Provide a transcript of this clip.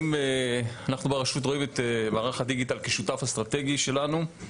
אנחנו ברשות רואים את מערך הדיגיטל כשותף אסטרטגי שלנו.